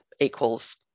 equals